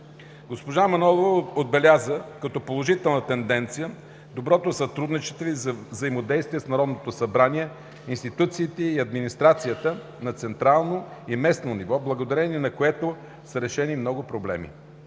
Госпожа Манолова отбеляза като положителна тенденция доброто сътрудничество и взаимодействие с Народното събрание, институциите и администрацията – на централно и местно ниво, благодарение на което са решени много проблеми.